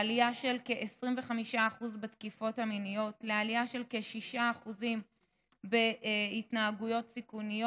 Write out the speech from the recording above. לעלייה של כ-25% בתקיפות המיניות ולעלייה של כ-6% בהתנהגויות סיכון.